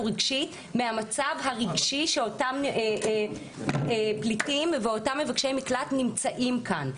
רגשית מהמצב הרגשי שלאותם פליטים ואותם מבקשי מקלט שנמצאים כאן.